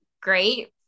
great